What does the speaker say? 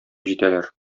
җитәләр